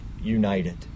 united